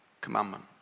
commandment